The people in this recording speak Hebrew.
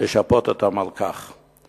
לשפות אותם על כך.